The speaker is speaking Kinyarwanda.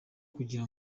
kugira